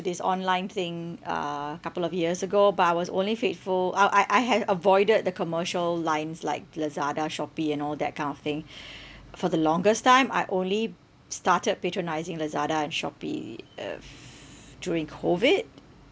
this online thing uh couple of years ago but I was only faithful uh I I have avoided the commercial lines like Lazada Shopee and all that kind of thing for the longest time I only started patronising Lazada and Shopee uh f~ during COVID